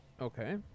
Okay